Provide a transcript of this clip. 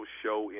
show